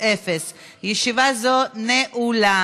(חישוב ארנונה